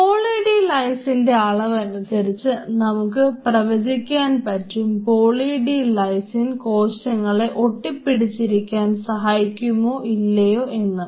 poly D ലൈസിന്റെ അളവനുസരിച്ച് നമുക്ക് പ്രവചിക്കാൻ പറ്റും പോളി ഡി ലൈസിൻ കോശങ്ങളെ ഒട്ടി പിടിച്ചിരിക്കാൻ സഹായിക്കുമോ ഇല്ലയോ എന്ന്